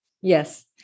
Yes